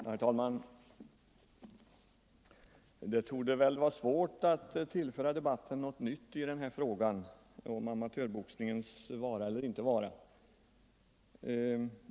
Herr talman! Det torde vara svårt att tillföra debatten något nytt i frågan om amatörboxningens vara eller inte vara.